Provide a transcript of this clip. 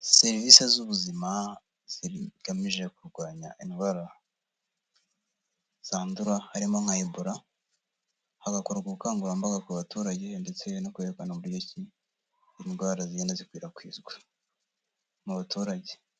Serivisi z'ubu ubuzima zigamije kurwanya indwara zandura harimo nka ebola, hagakorwa ubukangurambaga ku baturage ndetse no kwerekana uburyo gihe cyi indwara zigenda zikwirakwizwa mu baturage.